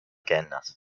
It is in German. geändert